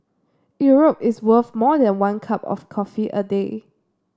Europe is worth more than one cup of coffee a day